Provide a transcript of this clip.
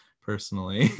personally